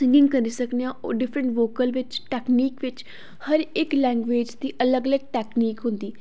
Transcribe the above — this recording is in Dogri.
सिंगिंग करी सकने आं और डिफ्रेंट वोकल बिच टैक्नीक बिच्च हर इक लैंग्वेज दी अलग अलग टैक्नीक हुंदी